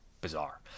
bizarre